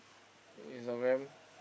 Instagram